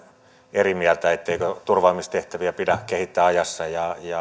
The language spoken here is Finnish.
eri mieltä etteikö turvaamistehtäviä pidä kehittää ajassa ja